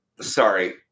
sorry